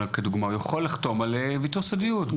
לדוגמה יכול לחתום על טופס של ויתור סודיות,